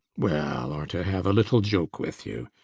well, or to have a little joke with you.